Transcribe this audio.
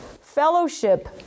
fellowship